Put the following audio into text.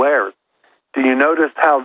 where do you notice how